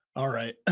alright.